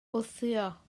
wthio